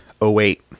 08